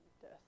death